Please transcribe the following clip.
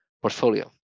portfolio